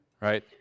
right